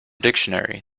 dictionary